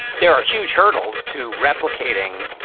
there are huge hurdles to replicating.